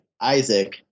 Isaac